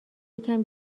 یکم